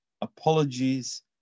apologies